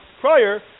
prior